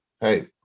hey